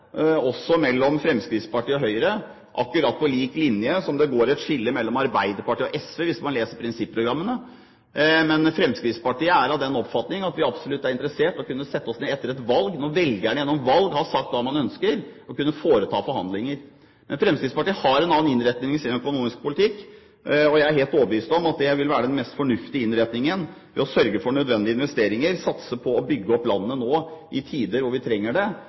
også mellom Fremskrittspartiet og Høyre, akkurat på lik linje med at det går et skille mellom Arbeiderpartiet og SV, hvis man leser prinsipprogrammene. Men Fremskrittspartiet er av den oppfatning at vi absolutt er interessert i å kunne sette oss ned etter et valg, når velgerne gjennom valg har sagt hva de ønsker, og forhandle. Men Fremskrittspartiet har en annen innretning på sin økonomiske politikk, og jeg er helt overbevist om at den mest fornuftige innretningen vil være å sørge for nødvendige investeringer, satse på å bygge opp landet nå i tider hvor vi trenger det,